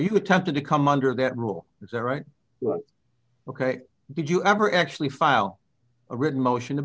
you attempted to come under that rule is that right ok did you ever actually file a written motion